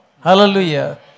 Hallelujah